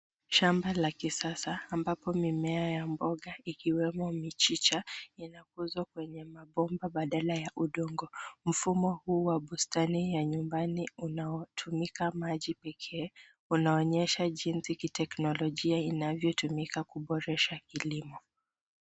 Shamba la kisasa ambapo mimea ya mboga ikiwemo michicha inakuzwa kwenye mabomba badala ya udongo. Mfumo huu wa bustani ya nyumbani unatumika maji pekee unaonyesha jinsi kiteknolojia inavyotumika kuboresha kilimo.